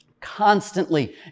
constantly